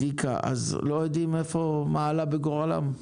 לא יודעים מה עלה בגורלם?